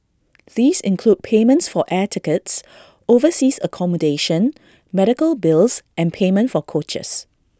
these include payments for air tickets overseas accommodation medical bills and payment for coaches